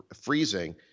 freezing